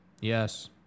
Yes